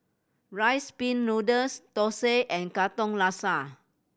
Rice Pin Noodles thosai and Katong Laksa